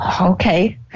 okay